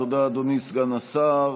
תודה, אדוני סגן השר.